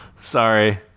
Sorry